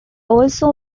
also